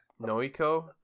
Noiko